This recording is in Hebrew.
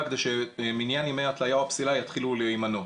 כדי שמניין ימי ההתליה או הפסילה יתחילו להימנות.